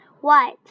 White